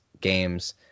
games